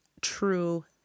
true